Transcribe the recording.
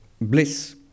bliss